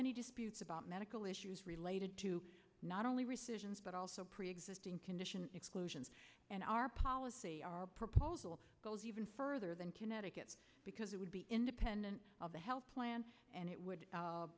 any disputes about medical issues related to not only rescissions but also preexisting condition exclusions and our policy our proposal goes even further than connecticut because it would be independent of the health plan and it would